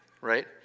Right